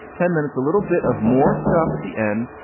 ten minutes, a little bit of more stuff at the end.